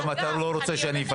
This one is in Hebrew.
גם אתה לא רוצה שאפספס.